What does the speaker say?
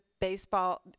baseball